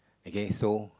okay so